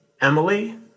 Emily